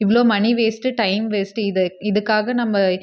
இவ்வளோ மணி waste time waste இது இதுக்காக நம்ம